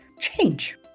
change